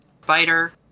Spider